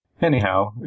Anyhow